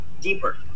deeper